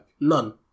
None